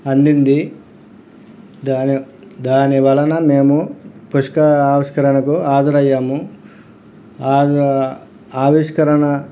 అందింది దాని దాని వలన మేము పుస్తక ఆవిష్కరణకు హాజరయ్యాము ఆవిష్కరణ